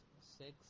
six